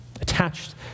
Attached